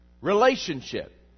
relationship